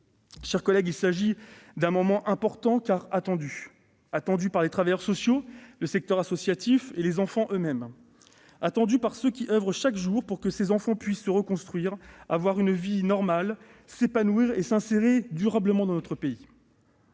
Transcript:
chers collègues, ce texte est important, car il est attendu par les travailleurs sociaux, par le secteur associatif et par les enfants eux-mêmes, ainsi que par ceux qui oeuvrent chaque jour pour que ces enfants puissent se reconstruire, mener une vie normale, s'épanouir et s'insérer durablement dans notre pays.